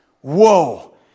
whoa